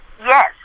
Yes